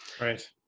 Right